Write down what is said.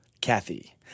Kathy